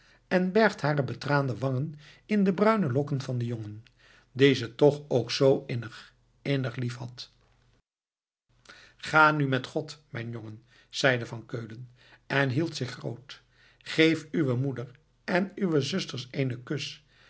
en bergt hare betraande wangen in de bruine lokken van den jongen dien ze toch ook zoo innig innig liefhad nu ga met god mijn jongen zeide van keulen en hield zich groot geef uwe moeder en uwe zusters eenen kus